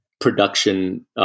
production